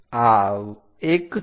આ 1 છે